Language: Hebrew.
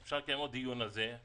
אפשר לקיים עוד דיון על זה.